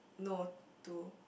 no to